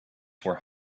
were